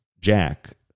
Jack